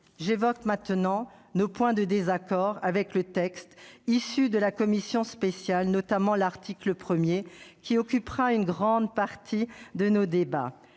J'évoquerai maintenant nos points de désaccord avec la commission spéciale, notamment l'article 1qui occupera une grande partie de nos débats.